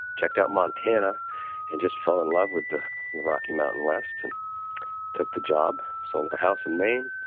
checked out montana and just fell in love with the rocky mountain west and took the job, sold the house in maine,